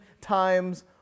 times